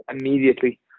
immediately